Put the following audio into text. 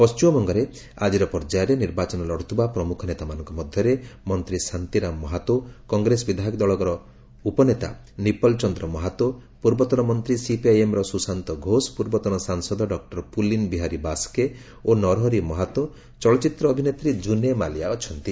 ପଶ୍ଚିମବଙ୍ଗରେ ଆଜିର ପର୍ଯ୍ୟାୟରେ ନିର୍ବାଚନ ଲଢ଼ୁଥିବା ପ୍ରମୁଖ ନେତାମାନଙ୍କ ମଧ୍ୟରେ ମନ୍ତ୍ରୀ ଶାନ୍ତିରାମ ମହାତୋ କଂଗ୍ରେସ ବିଧାୟକ ଦଳର ଉପନେତା ନିପଲ ଚନ୍ଦ୍ର ମହାତୋ ପୂର୍ବତନ ମନ୍ତ୍ରୀ ସିପିଆଇଏମ୍ର ସୁଶାନ୍ତ ଘୋଷ ପୂର୍ବତନ ସାଂସଦ ଡକ୍କର ପୁଲିନ ବିହାରୀ ବାସ୍କେ ଓ ନରହରି ମହାତୋ ଚଳଚ୍ଚିତ୍ର ଅଭିନେତ୍ରୀ ଜୁନେ ମାଲିଆ ଅଛନ୍ତି